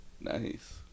Nice